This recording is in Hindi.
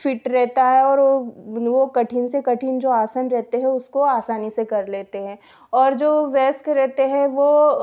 फ़िट रहता है और वह कठिन से कठिन जो आसन रहते हैं उसको आसानी से कर लेते हैं और जो व्यस्क रहते हैं वह